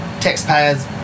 taxpayers